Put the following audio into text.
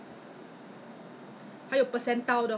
this is all also quite frightening ah